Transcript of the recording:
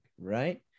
right